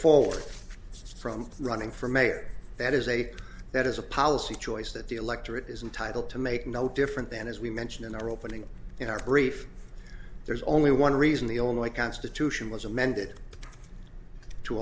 forward from running for mayor that is a that is a policy choice that the electorate is entitle to make no different than as we mentioned in our opening in our brief there's only one reason the only constitution was amended to